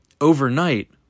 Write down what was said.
overnight